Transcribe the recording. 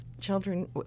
children